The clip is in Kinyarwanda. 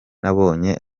nabonye